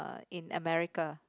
in America